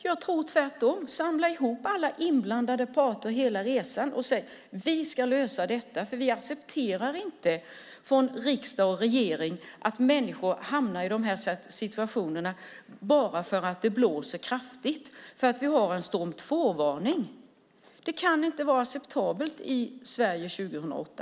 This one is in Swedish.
Jag tror tvärtom. Samla ihop alla inblandade parter och säg åt dem att lösa detta eftersom riksdag och regering inte accepterar att människor hamnar i dessa situationer bara för att det blåser kraftigt, för att det finns en storm 2-varning. Det kan inte vara acceptabelt i Sverige 2008.